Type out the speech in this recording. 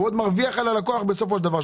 הוא עוד מרוויח על הלקוח בסופו של דבר.